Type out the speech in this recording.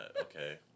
okay